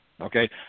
okay